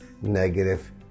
negative